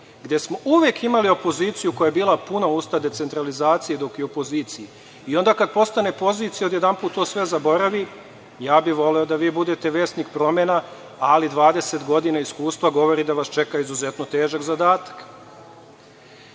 gde smo uvek imali opoziciju kojoj su bila puna usta decentralizacije dok je u opoziciji, a onda kada postane pozicija, odjedanput to sve zaboravi. Voleo bih da vi budete vesnik promena, ali 20 godina iskustva govori da vas čeka izuzetno težak zadatak. Pominjan